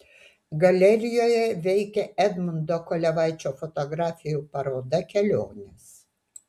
galerijoje veikia edmundo kolevaičio fotografijų paroda kelionės